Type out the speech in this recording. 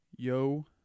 Yo